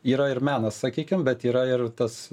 yra ir menas sakykim bet yra ir tas